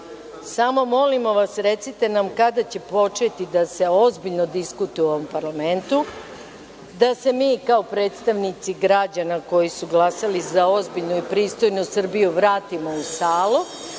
samo molimo vas recite nam kada će početi da se ozbiljno diskutuje u ovom parlamentu, da se mi, kao predstavnici građana, koji su glasali za ozbiljnu i pristojnu Srbiju vratimo u salu,